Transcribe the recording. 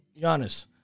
Giannis